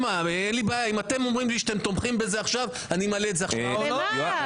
לי שאתם תומכים בזה עכשיו - אני מעלה את זה עכשיו להצבעה.